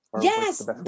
Yes